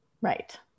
Right